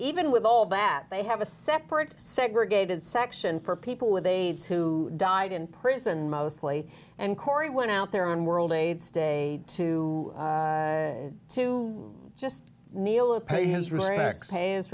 even with all that they have a separate segregated section for people with aids who died in prison mostly and corey went out there on world aids day to to just kneel